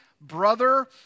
brother